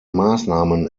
maßnahmen